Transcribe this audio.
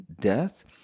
death